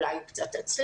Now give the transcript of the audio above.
אולי הוא קצת עצלן,